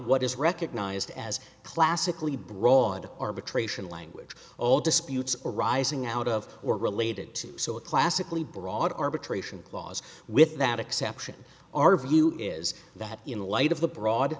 what is recognized as classically broad arbitration language all disputes arising out of or related to so a classically broad arbitration clause with that exception our view is that in light of the broad